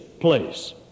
place